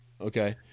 Okay